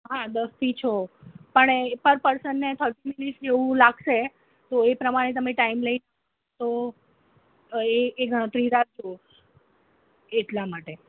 હા દસથી છ પણ એ પર પર્સનને થર્ટી મીનીટસ જેવું લાગશે તો એ પ્રમાણે તમે ટાઈમ લઈ તો એ એ ગણતરી રાખજો એટલા માટે